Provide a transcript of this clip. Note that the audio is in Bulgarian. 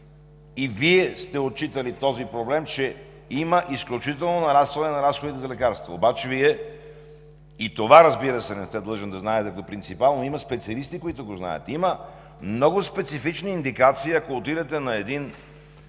и Вие сте отчитали проблема, че има изключително нарастване на разходите за лекарства. Вие обаче, разбира се, и това не сте длъжен да знаете като принципал, но има специалисти, които го знаят. Има много специфични индикации. Ако отидете на един